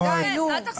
די, נו.